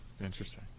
Interesting